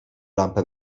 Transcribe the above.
lampę